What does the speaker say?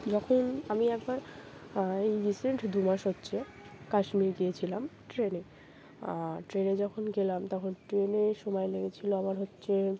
যখন আমি একবার এই রিসেন্ট দুমাস হচ্ছে কাশ্মীর গিয়েছিলাম ট্রেনে আর ট্রেনে যখন গেলাম তখন ট্রেনে সময় লেগেছিল আমার হচ্ছে